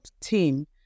team